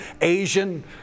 Asian